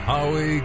Howie